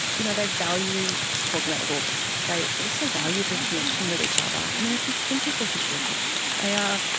you know, they value talking about the books. they also value the connection with each other. i mean, if you think of the history of book clubs, um